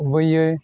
खुबैयो